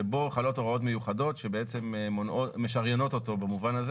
שבו חלות הוראות מיוחדות שבעצם משריינות אותו במובן הזה